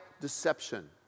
deception